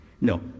no